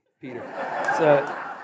Peter